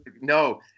no